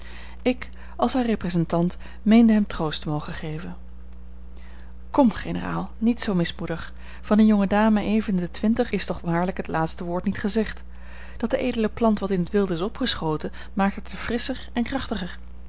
ik als haar representant meende hem troost te mogen geven kom generaal niet zoo mismoedig van eene jonge dame even in de twintig is toch waarlijk het laatste woord niet gezegd dat de edele plant wat in t wilde is opgeschoten maakt haar te frisscher en krachtiger